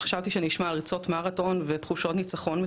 חשבתי שאשמע על ריצות מרתון ועל תחושות ניצחון,